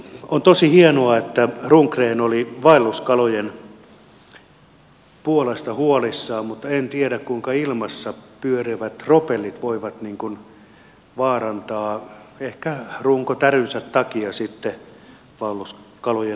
on tosi hienoa että rundgren oli vaelluskalojen puolesta huolissaan mutta en tiedä kuinka ilmassa pyörivät propellit voivat vaarantaa ehkä runkotärynsä takia sitten vaelluskalojen nousuja